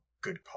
good